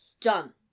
Done